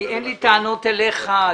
אין לי טענות אליך,